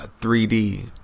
3d